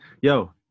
yo